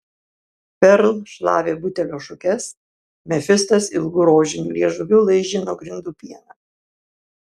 perl šlavė butelio šukes mefistas ilgu rožiniu liežuviu laižė nuo grindų pieną